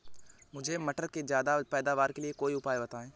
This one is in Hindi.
मुझे मटर के ज्यादा पैदावार के लिए कोई उपाय बताए?